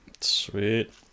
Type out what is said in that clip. Sweet